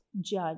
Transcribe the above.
judge